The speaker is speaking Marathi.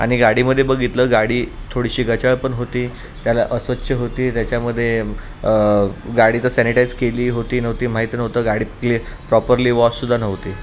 आणि गाडीमध्ये बघितलं गाडी थोडीशी गचाळ पण होती त्याला अस्वच्छ होती त्याच्यामध्ये गाडी तर सॅनिटाईज केली होती नव्हती माहिती नव्हतं गाडी प्ले प्रॉपरली वॉश सुद्धा नव्हती